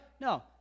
No